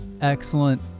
excellent